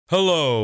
Hello